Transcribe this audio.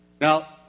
Now